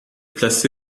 placé